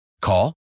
Call